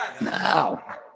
Now